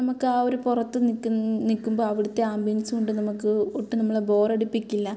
നമുക്ക് ആ ഒരു പുറത്ത് നിക്കു നിൽക്കുമ്പോൾ അവിടുത്തെ ആമ്പിയൻസ് കൊണ്ട് നമുക്ക് ഒട്ടും നമ്മളെ ബോറടിപ്പിക്കില്ല